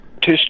two